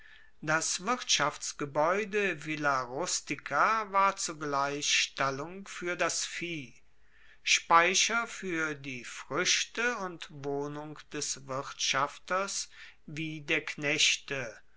das wirtschaftsgebaeude villa rustica war zugleich stallung fuer das vieh speicher fuer die fruechte und wohnung des wirtschafters wie der knechte